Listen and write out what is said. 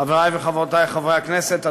חברי וחברותי חברי הכנסת,